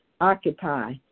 Occupy